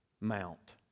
mount